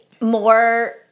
more